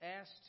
asked